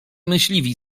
myśliwi